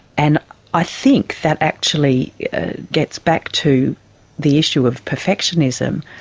and i think that actually gets back to the issue of perfectionism.